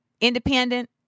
independent